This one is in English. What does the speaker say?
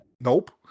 Nope